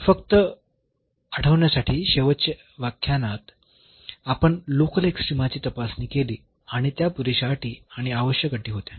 तर फक्त आठवण्यासाठी शेवटच्या व्याख्यानात आपण लोकल एक्स्ट्रीमाची तपासणी केली आणि त्या पुरेशा अटी आणि आवश्यक अटी होत्या